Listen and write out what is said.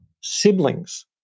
siblings